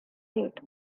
date